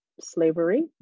Slavery